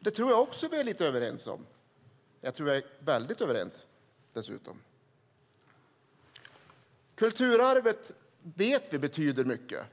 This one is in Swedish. detta tror jag att vi är överens om - väldigt överens, dessutom. Vi vet att kulturarvet betyder mycket.